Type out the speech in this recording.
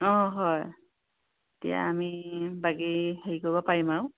অঁ হয় এতিয়া আমি বাকী হেৰি কৰিব পাৰিম আৰু